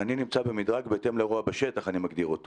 אני מזכירה לכם